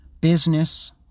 business